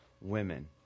women